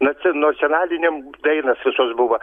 naci nacionaliniam dainas visos buvo